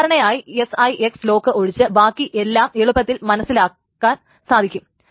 സാധാരണയായി SIX lock ഒഴിച്ച് ബാക്കി എല്ലാം എളുപ്പത്തിൽ മനസ്സിലാക്കുവാൻ സാധിക്കും